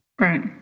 Right